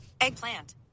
eggplant